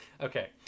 Okay